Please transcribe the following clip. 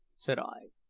said i.